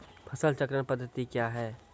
फसल चक्रण पद्धति क्या हैं?